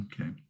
Okay